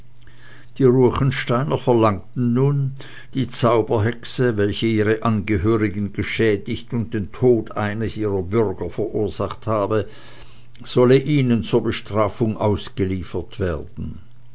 die ruechensteiner verlangten nun die zauberhexe welche ihre angehörigen geschädigt und den tod eines ihrer bürger verursacht habe solle ihnen zur bestrafung ausgeliefert werden